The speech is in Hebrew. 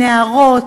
נערות,